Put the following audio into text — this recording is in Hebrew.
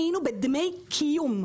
היינו בדמי קיום,